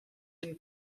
and